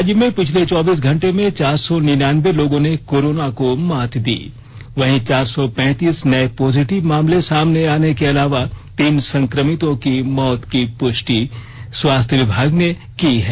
राज्य में पिछले चौबीस घंटे में चार सौ निन्यान्बे लोगों ने कोरोना को मात दी वहीं चार सौ पैंतीस नए पॉजिटिव मामले सामने आने के अलावा तीन संक्रमितों की मौत की पृष्टि स्वास्थ्य विभाग ने की है